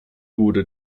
wurde